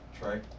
Trey